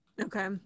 Okay